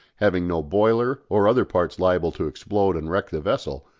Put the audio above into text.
having no boiler or other parts liable to explode and wreck the vessel,